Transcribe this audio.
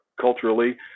culturally